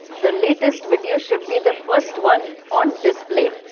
the latest video should be the first one on display.